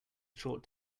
short